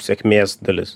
sėkmės dalis